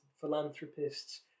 Philanthropists